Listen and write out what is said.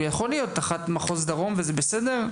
הוא יכול להיות גם תחת מחוז דרום וזה בסדר.